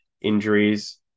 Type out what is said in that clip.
injuries